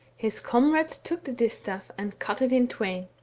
his comrades took the distaff and cut it in twain.